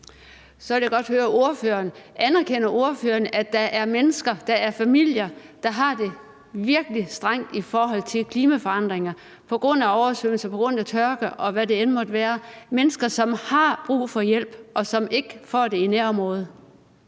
Jeg vil godt høre ordføreren, om ordføreren anerkender, at der er mennesker, familier, der har det virkelig strengt på grund af klimaforandringerne med oversvømmelser, tørke, og hvad det end måtte være. Det er mennesker, der har brug for hjælp, og som ikke får den i nærområdet.